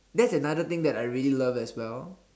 that's another thing that I really love as well